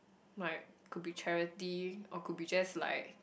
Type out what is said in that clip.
my could be charity or could be just like